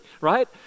right